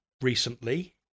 recently